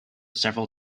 several